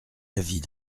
l’avis